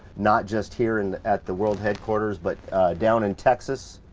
not just here and at the world headquarters, but down in texas.